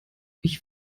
ich